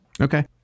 Okay